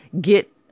get